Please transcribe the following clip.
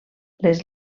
les